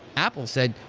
apple said,